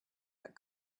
that